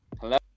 Hello